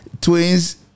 Twins